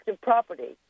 property